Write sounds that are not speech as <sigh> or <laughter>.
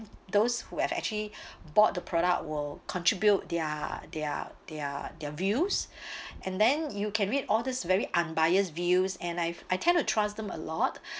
those who have actually <breath> bought the product will contribute their their their their views <breath> and then you can read all this very unbiased views and I I tend to trust them a lot